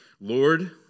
Lord